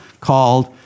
called